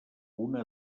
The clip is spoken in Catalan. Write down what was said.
una